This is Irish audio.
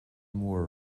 mór